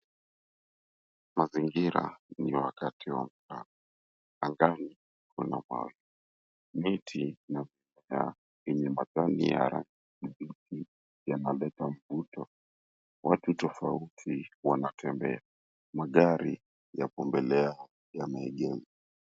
Mazingira ni wakati wa mchana. Angani kuna mawingu. Miti na mimea yenye majani ya rangi ya kijani inaleta mvuto. Watu tofauti wanatembea. Magari yapo mbele yao yameegemwa.